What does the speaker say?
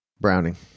Browning